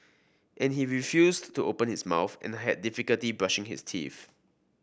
and he refused to open his mouth and I had difficulty brushing his teeth